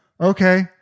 okay